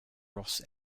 ross